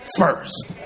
first